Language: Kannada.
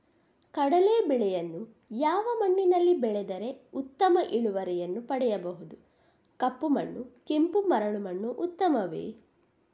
ಕಡಲೇ ಬೆಳೆಯನ್ನು ಯಾವ ಮಣ್ಣಿನಲ್ಲಿ ಬೆಳೆದರೆ ಉತ್ತಮ ಇಳುವರಿಯನ್ನು ಪಡೆಯಬಹುದು? ಕಪ್ಪು ಮಣ್ಣು ಕೆಂಪು ಮರಳು ಮಣ್ಣು ಉತ್ತಮವೇ?